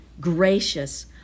gracious